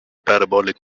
parabolic